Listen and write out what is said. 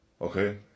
Okay